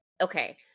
okay